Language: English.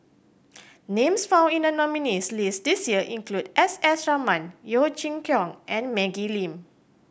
names found in the nominees' list this year include S S Ratnam Yeo Chee Kiong and Maggie Lim